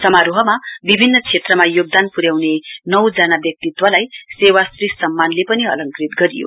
समारोहमा विभिन्न क्षेत्रमा योगदान पुराउने नौजना व्यक्तिलाई सेवा श्री समानले पनि अलंकृत गरियो